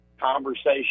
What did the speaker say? conversation